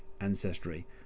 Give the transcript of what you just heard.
ancestry